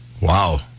Wow